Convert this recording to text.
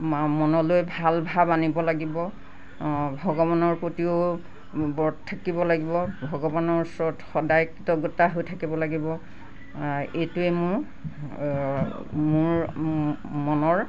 মা মনলৈ ভাল ভাব আনিব লাগিব ভগৱানৰ প্ৰতিও ব্ৰত থাকিব লাগিব ভগৱানৰ ওচৰত সদায় কৃতজ্ঞতা হৈ থাকিব লাগিব এইটোৱে মোৰ মোৰ মনৰ